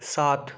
सात